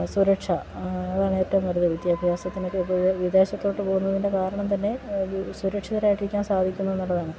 സുരക്ഷ അതാണ് ഏറ്റവും വലുത് വിദ്യാഭ്യാസത്തിന് വിദേശത്തേക്ക് പോകുന്നതിൻ്റെ കാരണം തന്നെ സുരക്ഷിതരായിട്ടിരിക്കാൻ സാധിക്കുന്നുവെന്നുള്ളതാണ്